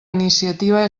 iniciativa